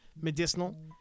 medicinal